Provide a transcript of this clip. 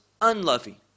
unloving